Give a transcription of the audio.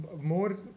more